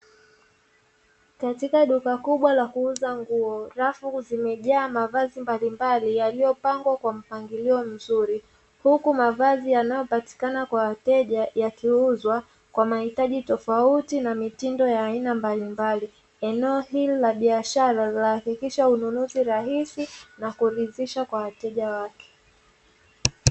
Katika duka kubwa la kuuza nguo, rafu zimejaa mavazi mbalimbali yaliyopangwa kwa mpangilio mzuri, huku mavazi yanayopatikana kwa wateja yakiuzwa kwa mahitaji tofauti na mitindo ya aina mbalimbali, eneo hili la biashara linahakikisha ununuzi rahisi na kuridhisha kwa wateja wake.